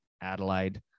Adelaide